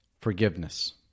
Forgiveness